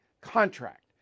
contract